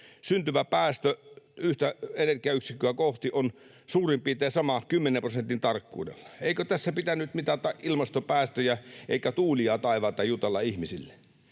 syntyvä päästö yhtä energiayksikköä kohti on suurin piirtein sama 10 prosentin tarkkuudella. Eikö tässä pitänyt mitata ilmastopäästöjä eikä tuulia taivaalta jutella ihmisille?